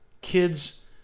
kids